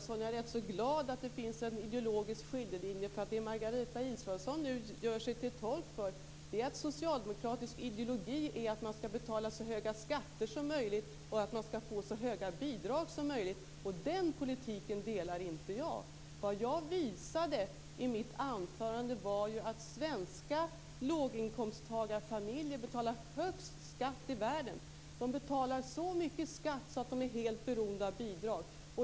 talman! Jag är rätt glad att det finns en ideologisk skiljelinje mellan oss. Det Margareta Israelsson nu gör sig till tolk för är att socialdemokratisk ideologi innebär att man skall betala så höga skatter som möjligt och få så höga bidrag som möjligt. Den politiken stöder inte jag. Vad jag visade i mitt anförande var att svenska låginkomsttagarfamiljer betalar högst skatt i världen. De betalar så mycket skatt att de är helt beroende av bidrag.